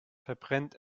verbrennt